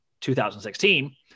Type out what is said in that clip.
2016